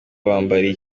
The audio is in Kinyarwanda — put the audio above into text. bambariye